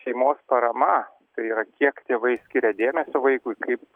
šeimos parama tai yra kiek tėvai skiria dėmesio vaikui kaip